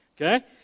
Okay